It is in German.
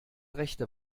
rechte